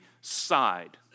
side